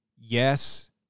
yes